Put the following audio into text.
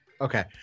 Okay